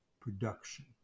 production